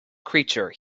creature